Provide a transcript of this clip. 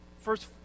First